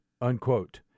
unquote